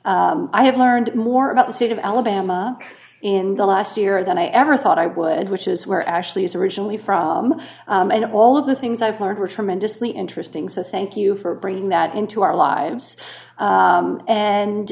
i have learned more about the state of alabama in the last year than i ever thought i would which is where ashley is originally from and all of the things i've learned were tremendously interesting so thank you for bringing that into our lives